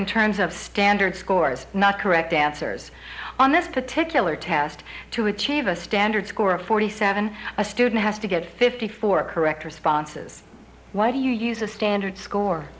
in terms of standard scores not correct answers on this particular test to achieve a standard score of forty seven a student has to get fifty four correct responses what do you use a standard score